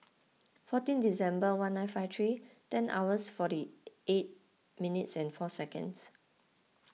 fourteen December one nine five three ten hours forty eight minutes and four seconds